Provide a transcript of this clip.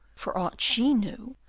for aught she knew,